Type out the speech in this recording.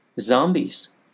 zombies